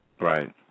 right